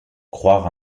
croire